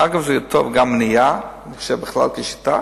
אגב, זה טוב גם למניעה, אני חושב בכלל כשיטה,